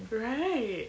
right